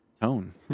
tone